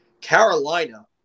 Carolina